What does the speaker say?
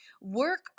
work